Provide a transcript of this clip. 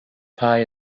pie